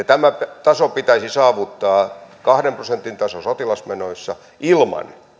tämä taso pitäisi saavuttaa kahden prosentin taso sotilasmenoissa ilman